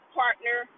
partner